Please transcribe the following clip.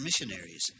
missionaries